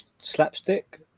slapstick